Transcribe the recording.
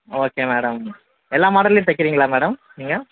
okay madam எல்லா மாடல்லேயும் தைக்கிறீங்களா மேடம் நீங்கள்